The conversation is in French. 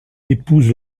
épouse